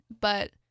But-